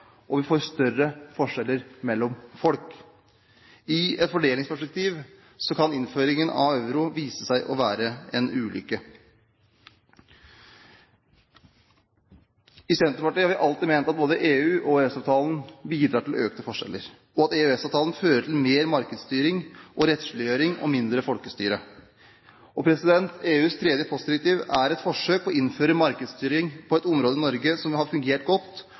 og vi får større forskjeller mellom folk. I et fordelingsperspektiv kan innføringen av euro vise seg å være en ulykke. I Senterpartiet har vi alltid ment at både EU og EØS-avtalen bidrar til økte forskjeller, og at EØS-avtalen fører til mer markedsstyring og rettsliggjøring og mindre folkestyre. EUs tredje postdirektiv er et forsøk på å innføre markedsstyring på et område i Norge som har fungert godt,